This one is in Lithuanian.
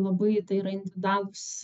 labai tai yra individualūs